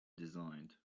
designed